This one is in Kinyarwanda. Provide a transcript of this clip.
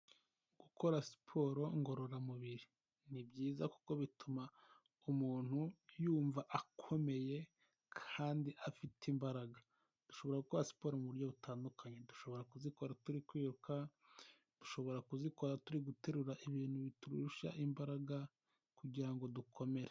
Gukora siporo ngororamubiri ni byiza kuko bituma umuntu yumva akomeye kandi afite imbaraga, dushobora gukora siporo mu buryo butandukanye, dushobora kuzikora turi kwiruka, dushobora kuzikora turi guterura ibintu biturusha imbaraga kugira ngo dukomere.